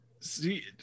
see